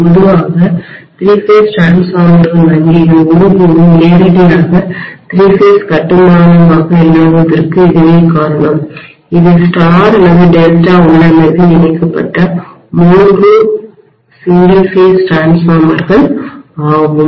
பொதுவாக மூன்று கட்ட மின்மாற்றிகள்திரி பேஸ் டிரான்ஸ்ஃபார்மர்கள் வங்கிகள் ஒருபோதும் நேரடியாக மூன்று கட்டதிரி பேஸ் கட்டுமானமாக இல்லாததற்கு இதுவே காரணம் இது ஸ்டார் அல்லது டெல்டா உள்ளமைவில் இணைக்கப்பட்ட மூன்று ஒற்றை கட்ட மின்மாற்றிகள்சிங்கிள் பேஸ் டிரான்ஸ்ஃபார்மர்கள் ஆகும்